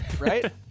Right